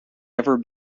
ever